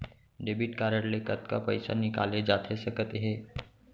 Debit card ले कतका पइसा निकाले जाथे सकत हे?